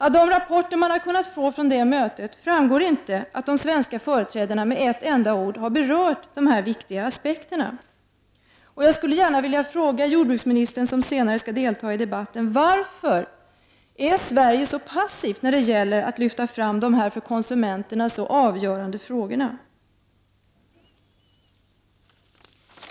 Av de rapporter som man har kunnat få fram om detta möte framgår det inte om de svenska företrädaren med ett enda ord har berört dessa viktiga aspekter. Jag vill gärna fråga jordbruksministern, som senare skall delta i debatten, varför Sverige är så passivt när det gäller att lyfta fram dessa för konsumenterna så avgörande frågor.